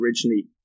originally